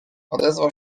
odezwał